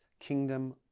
kingdom